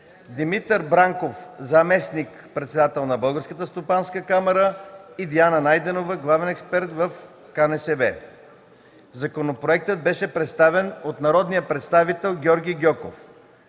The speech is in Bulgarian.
Димитър Бранков – заместник- председател на Българска стопанска камара и Диана Найденова – главен експерт в КНСБ. Законопроектът беше представен от народния представител Георги Гьоков.